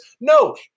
No